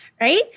right